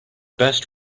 best